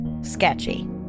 sketchy